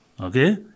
Okay